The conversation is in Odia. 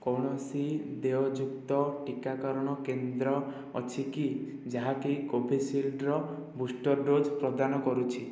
କୌଣସି ଦେୟଯୁକ୍ତ ଟିକାକରଣ କେନ୍ଦ୍ର ଅଛି କି ଯାହାକି କୋଭିଶିଲ୍ଡ୍ର ବୁଷ୍ଟର ଡୋଜ୍ ପ୍ରଦାନ କରୁଛି